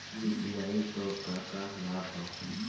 UPI क का का लाभ हव?